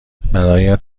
برایت